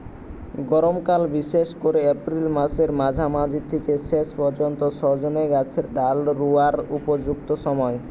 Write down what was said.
গরমকাল বিশেষ কোরে এপ্রিল মাসের মাঝামাঝি থিকে শেষ পর্যন্ত সজনে গাছের ডাল রুয়ার উপযুক্ত সময়